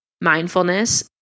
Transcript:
mindfulness